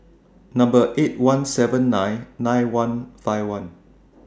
Number eight one seven nine nine one five one